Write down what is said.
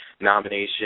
nomination